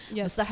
Yes